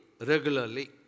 regularly